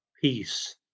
peace